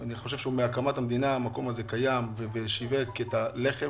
ואני חושב שהוא קיים מאז הקמת המדינה ושיווק את הלחם